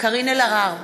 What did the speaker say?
קארין אלהרר,